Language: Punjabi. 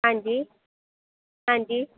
ਹਾਂਜੀ ਹਾਂਜੀ